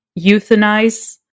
euthanize